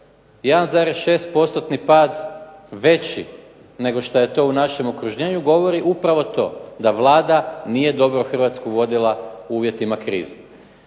1,6%-ni pad veći nego što je to u našem okruženju govori upravo to, da Vlada nije dobro Hrvatsku vodila u uvjetima krize.